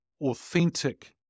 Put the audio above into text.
authentic